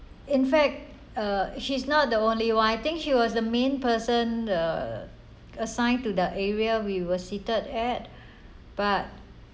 in fact uh she's not the only one I think she was the main person uh assigned to the area we were seated at but